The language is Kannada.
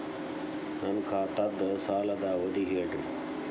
ನನ್ನ ಖಾತಾದ್ದ ಸಾಲದ್ ಅವಧಿ ಹೇಳ್ರಿ